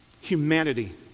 humanity